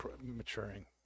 maturing